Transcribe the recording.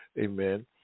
amen